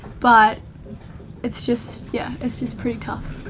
but it's just yeah, it's just pretty tough.